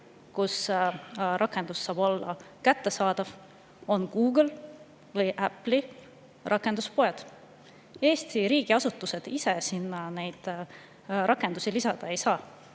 kus rakendus saab olla kättesaadav, Google´i või Apple'i rakenduste poed. Eesti riigiasutused ise sinna neid rakendusi lisada ei saa